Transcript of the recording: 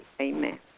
Amen